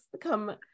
Come